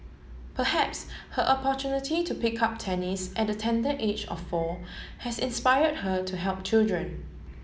perhaps her opportunity to pick up tennis at the tender age of four has inspired her to help children